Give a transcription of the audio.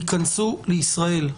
ייכנסו לישראל.